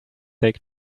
they